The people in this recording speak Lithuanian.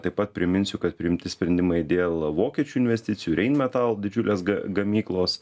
taip pat priminsiu kad priimti sprendimai dėl vokiečių investicijų rheinmetall didžiulės gamyklos